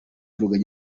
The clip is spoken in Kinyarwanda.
rugagi